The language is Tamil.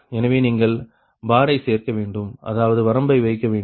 எனவே நீங்கள் பாரை சேர்க்க வேண்டும் அதாவது வரம்பை வைக்க வேண்டும்